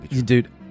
Dude